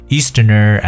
Easterner